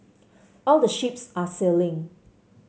all the ships are sailing